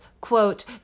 quote